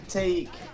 take